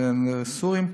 לסורים.